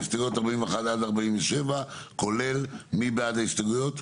הסתייגויות 41 עד 47 כולל, מי בעד ההסתייגויות?